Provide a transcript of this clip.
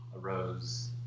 arose